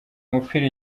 umupira